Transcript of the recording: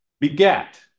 beget